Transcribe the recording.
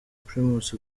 primus